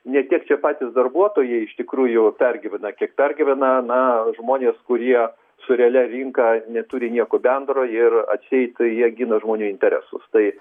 ne tiek čia patys darbuotojai iš tikrųjų pergyvena kiek pergyvena na žmonės kurie su realia rinka neturi nieko bendro ir atseit jie gina žmonių interesus tai